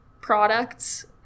products